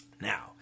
Now